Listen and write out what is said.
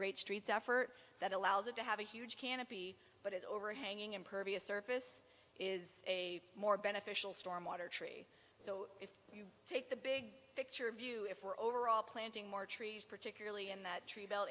great street effort that allows it to have a huge canopy but it overhanging impervious surface is a more beneficial stormwater tree so if you take the big picture view it for overall planting more trees particularly in that tree belt